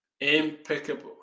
impeccable